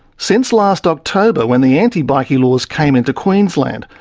since last october, when the anti-bikie laws came into queensland,